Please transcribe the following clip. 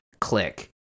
click